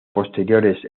posteriores